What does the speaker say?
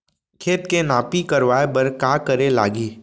खेत के नापी करवाये बर का करे लागही?